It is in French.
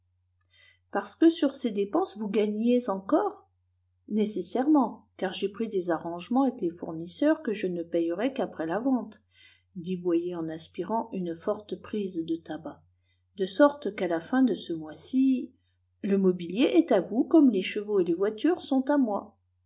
parce que sur ces dépenses vous gagniez encore nécessairement car j'ai pris des arrangements avec les fournisseurs que je ne payerai qu'après la vente dit boyer en aspirant une forte prise de tabac de sorte qu'à la fin de ce mois-ci le mobilier est à vous comme les chevaux et les voitures sont à moi